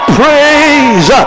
praise